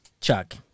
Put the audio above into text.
Chuck